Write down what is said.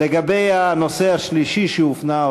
לגבי הנושא השלישי שהופנה,